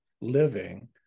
living